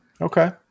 Okay